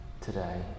today